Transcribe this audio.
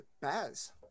Baz